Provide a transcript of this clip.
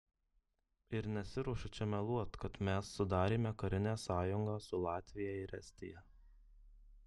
ir nesiruošiu čia meluoti kad mes sudarėme karinę sąjungą su latvija ir estija